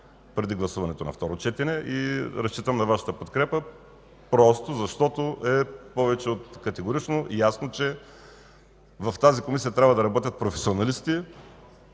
преди гласуването на второ четене. Разчитам на Вашата подкрепа, просто защото е повече от категорично ясно, че в тази Комисия трябва да работят професионалисти.